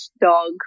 dog